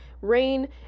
Rain